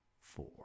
four